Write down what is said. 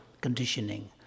conditioning